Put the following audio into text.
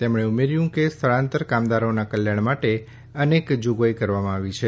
તેમણે ઉમેર્યુ કે સ્થળાંતર કામદારોના કલ્યાણ માટે અનેક જોગવાઈઓ કરવામાં આવી છે